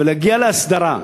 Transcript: ולהגיע להסדרה.